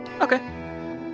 okay